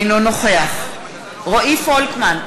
אינו נוכח רועי פולקמן,